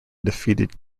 defeated